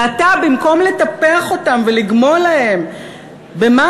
ואתה, במקום לטפח אותם ולגמול להם במשהו,